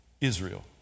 Israel